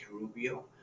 Rubio